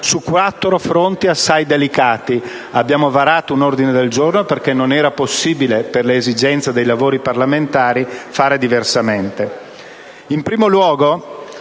su quattro fronti assai delicati (abbiamo presentato un ordine del giorno perché non era possibile, per le esigenze dei lavori parlamentari, fare diversamente).